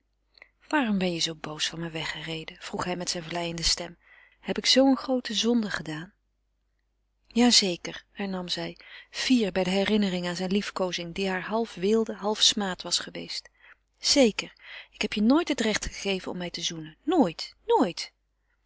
waarom ben je zoo boos van me weggereden vroeg hij met zijne vleiende stem heb ik zoo een groote zonde gedaan ja zeker hernam zij fier bij de herinnering aan zijne liefkoozing die haar half weelde half smaad was geweest zeker ik heb je nooit het recht gegeven om mij te zoenen nooit nooit